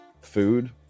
food